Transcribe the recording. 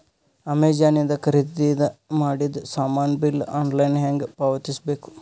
Amazon ಇಂದ ಖರೀದಿದ ಮಾಡಿದ ಸಾಮಾನ ಬಿಲ್ ಆನ್ಲೈನ್ ಹೆಂಗ್ ಪಾವತಿಸ ಬೇಕು?